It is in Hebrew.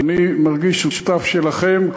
אני מרגיש שותף שלכם,